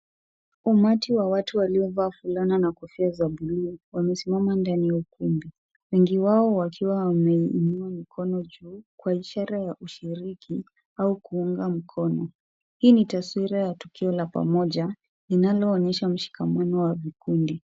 Umati wa watu waliovaa fulana na kofia za bluu wamesimama ndani ya ukumbi. Wengi wao wakiwa wameinua mikono juu kwa ishara ya ushiriki au kuinua mkono. Hii ni taswira ya tukio la pamoja linaloonyesha mshikamano wa vikundi.